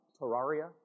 Terraria